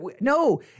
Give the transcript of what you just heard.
no